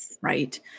right